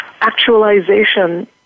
actualization